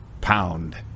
Pound